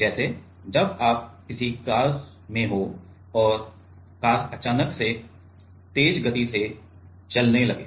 जैसे जब आप किसी कार में होंऔर कार अचानक से तेज गति से चलने लगे